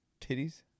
titties